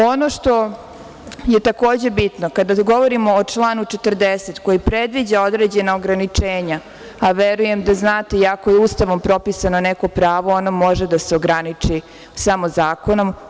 Ono što je takođe bitno kada govorimo o članu 40, koji predviđa određena ograničenja, a verujem da znate, iako je Ustavom propisano neko pravo, ono može da se ograniči samo zakonom.